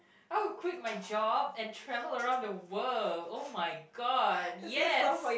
I would quit my job and travel around the world oh-my-god yes